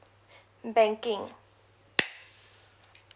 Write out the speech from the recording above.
banking